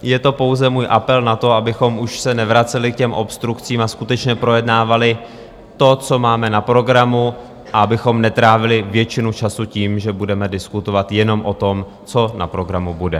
Je to pouze můj apel na to, abychom už se nevraceli k obstrukcím a skutečně projednávali to, co máme na programu, a netrávili většinu času tím, že budeme diskutovat jenom o tom, co na programu bude.